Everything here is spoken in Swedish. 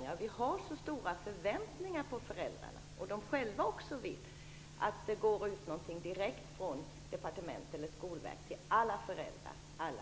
när vi har så stora förväntningar på föräldrarna och när det är så genomgripande förändringar på gång, gick ut information direkt från departementet eller från Skolverket till alla som är berörda?